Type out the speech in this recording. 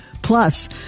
Plus